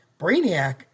Brainiac